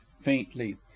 faintly